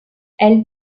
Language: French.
elle